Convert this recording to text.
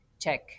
check